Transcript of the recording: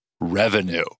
revenue